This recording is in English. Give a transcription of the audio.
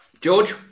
George